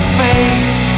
face